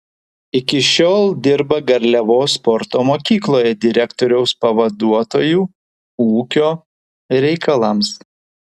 iki šiol dirba garliavos sporto mokykloje direktoriaus pavaduotoju ūkio reikalams